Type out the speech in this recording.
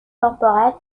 temporelle